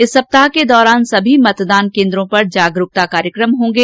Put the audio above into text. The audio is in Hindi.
इस सप्ताह के दौरान सभी मतदान केन्द्रो पर जागरूकता कार्यक्रम होंगे